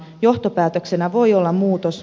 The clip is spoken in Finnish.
johtopäätöksenä voi olla muutos